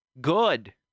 Good